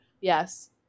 Yes